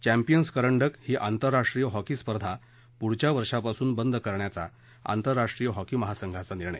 champions करंडक ही आंतरराष्ट्रीय हॉकी स्पर्धा पुढील वर्षापासून बंद करण्याचा आंतरराष्ट्रीय हॉकी महासंघाचा निर्णय